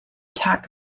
tag